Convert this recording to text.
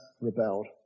rebelled